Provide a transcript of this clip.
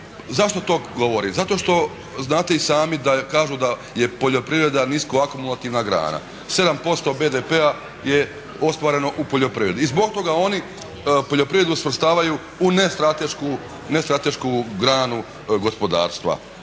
Zašto to govorim? Zato što znate i sami kažu da je poljoprivreda niskoakumulativna grana. 7% BDP-a je ostvareno u poljoprivredi. I zbog toga oni poljoprivredu svrstavaju u nestratešku granu gospodarstva.